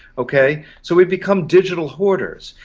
okay? so we've become digital hoarders.